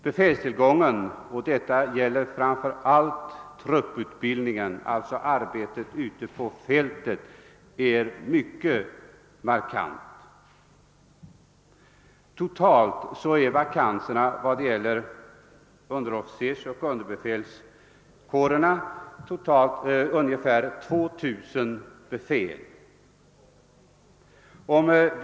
Bristen på befäl — detta gäller framför allt trupputbildningen, alltså arbetet ute på fältet — är mycket påtaglig. Totalt omfattar vakanserna inom underbefälsoch underofficerskårerna ungefär 2 000 befäl.